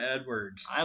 Edwards